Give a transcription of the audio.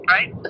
Right